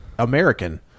American